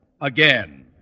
Again